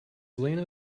lena